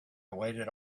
waited